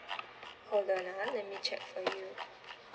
hold on ah let me check for you